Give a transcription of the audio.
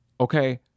okay